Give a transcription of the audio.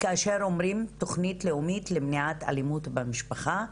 כאשר אומרים תוכנית לאומית למניעת אלימות במשפחה,